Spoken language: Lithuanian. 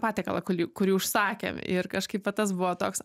patiekalą kulį kurį užsakėm ir kažkaip va tas buvo toks